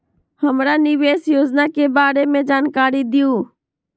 हमरा निवेस योजना के बारे में जानकारी दीउ?